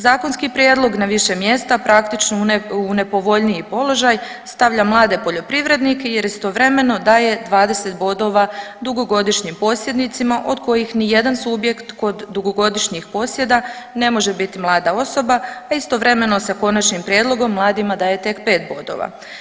Zakonski prijedlog na više mjesta praktično u nepovoljniji položaj stavlja mlade poljoprivrednike jer istovremeno daje 20 bodova dugogodišnjim posjednicima od kojih ni jedan subjekt kod dugogodišnjih posjeda ne može biti mlada osoba, a istovremeno se Konačnim prijedlogom mladima daje tek 5 bodova.